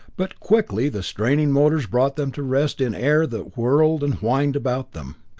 but quickly the straining motors brought them to rest in air that whirled and whined about them.